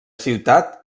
ciutat